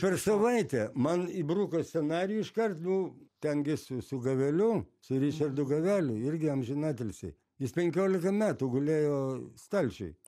per savaitę man įbruko scenarijų iškart nu ten gi su su gaveliu su ričardu gaveliu irgi amžinatilsį jis penkiolika metų gulėjo stalčiuj